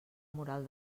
moral